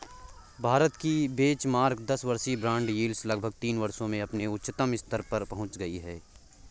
भारत की बेंचमार्क दस वर्षीय बॉन्ड यील्ड लगभग तीन वर्षों में अपने उच्चतम स्तर पर पहुंच गई